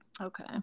Okay